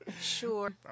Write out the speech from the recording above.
Sure